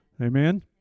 Amen